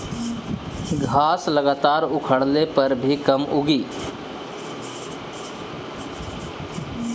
घास लगातार उखड़ले पर भी कम उगी